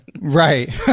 Right